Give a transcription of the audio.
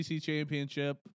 championship